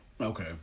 Okay